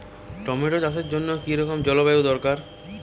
Tomato চাষের জন্য কি রকম জলবায়ু দরকার?